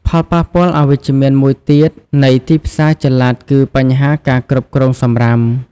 ផលប៉ះពាល់អវិជ្ជមានមួយទៀតនៃទីផ្សារចល័តគឺបញ្ហាការគ្រប់គ្រងសំរាម។